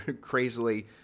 crazily